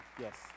yes